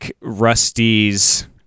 Rusty's